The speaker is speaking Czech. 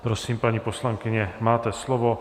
Prosím, paní poslankyně, máte slovo.